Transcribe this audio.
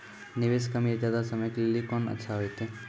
निवेश कम या ज्यादा समय के लेली कोंन अच्छा होइतै?